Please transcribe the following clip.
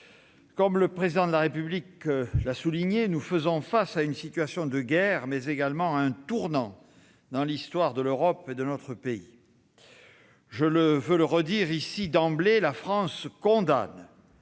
Comme le Président de la République l'a souligné, nous faisons face à une situation de guerre, mais également à un tournant dans l'histoire de l'Europe et de notre pays. Je veux le redire ici d'emblée : la France condamne